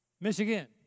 Michigan